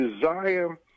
desire